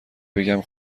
بگم